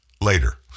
later